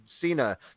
Cena